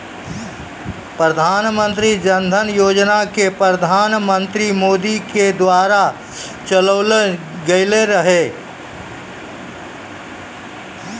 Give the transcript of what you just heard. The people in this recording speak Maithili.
प्रधानमन्त्री जन धन योजना के प्रधानमन्त्री मोदी के द्वारा चलैलो गेलो रहै